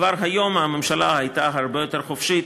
כבר היום הממשלה הייתה הרבה יותר חופשית